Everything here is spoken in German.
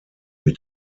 mit